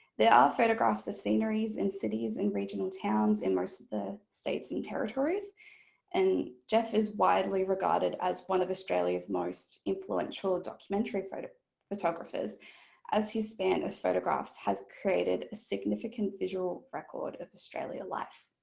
there are photographs of sceneries and cities and regional towns in most of the states and territories and jeff is widely regarded as one of australia's most influential ah documentary photographers as his span of photographs has created a significant visual record of australian life.